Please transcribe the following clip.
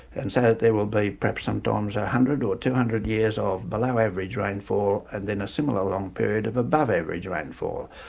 and so there will be perhaps sometimes a hundred or two hundred years of below average rainfall, and then a similar um period of above average rainfall.